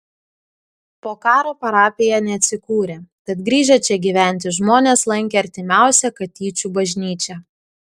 po karo parapija neatsikūrė tad grįžę čia gyventi žmonės lankė artimiausią katyčių bažnyčią